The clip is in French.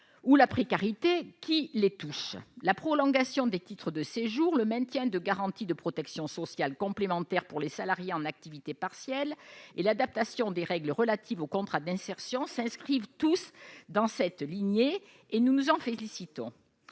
ou la précarité qui les touche. La prolongation des titres de séjour, le maintien des garanties de protection sociale complémentaire pour les salariés en activité partielle et l'adaptation des règles relatives aux contrats d'insertion s'inscrivent tous dans cette lignée. Nous nous en félicitons.